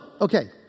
Okay